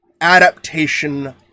adaptation